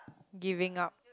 giving up